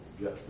Yes